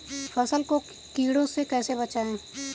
फसल को कीड़ों से कैसे बचाएँ?